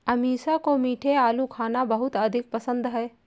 अमीषा को मीठे आलू खाना बहुत अधिक पसंद है